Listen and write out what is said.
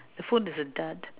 the phone is a dud